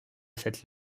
cette